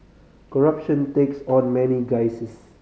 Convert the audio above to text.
corruption takes on many guises